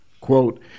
Quote